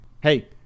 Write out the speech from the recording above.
Hey